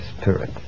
spirit